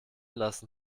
lassen